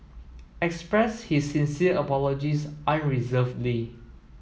expressed his sincere apologies unreservedly